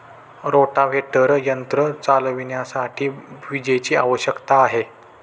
rotavator यंत्र चालविण्यासाठी विजेची आवश्यकता आहे